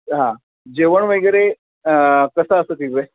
हां जेवण वगैरे कसं असतं तिकडे